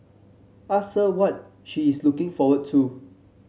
ask her what she is looking forward to